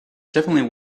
definitely